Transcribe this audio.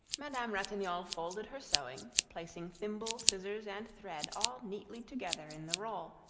madame ratignolle folded her sewing, placing thimble, scissors, and thread all neatly together in the roll,